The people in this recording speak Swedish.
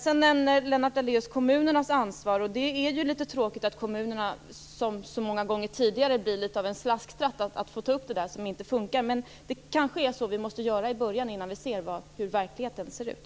Lennart Daléus nämner också kommunernas ansvar. Det är litet tråkigt att kommunerna som så många gånger tidigare blir litet av en slasktratt, att man får ta hand om det som inte funkar. Men det kanske är så vi måste göra i början, innan vi ser hur verkligheten ser ut.